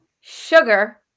sugar